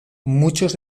muchos